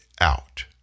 out